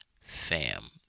fam